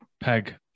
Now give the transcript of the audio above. peg